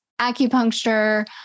acupuncture